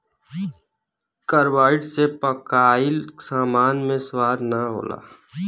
carbide से पकाइल सामान मे स्वाद ना होला